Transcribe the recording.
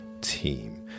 team